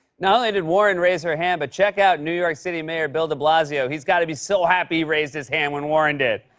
not only did warren raise her hand, but check out new york city mayor bill de blasio. he's got to be so happy he raised his hand when warren did.